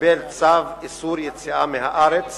קיבל צו איסור יציאה מהארץ